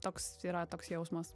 toks yra toks jausmas